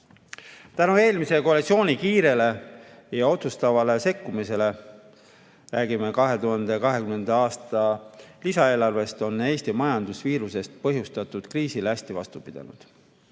eelmise koalitsiooni kiirele ja otsustavale sekkumisele – me räägime 2020. aasta lisaeelarvest – on Eesti majandus viiruse põhjustatud kriisile hästi vastu pidanud.